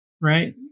right